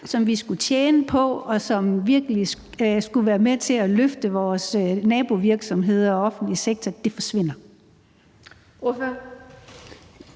som vi skulle tjene på, og som virkelig skulle være med til at løfte vores nabovirksomheder og offentlige sektor, forsvinder.